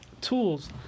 tools